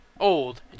old